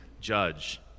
judge